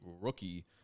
rookie